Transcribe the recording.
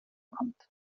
kommt